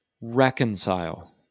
Reconcile